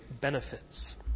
benefits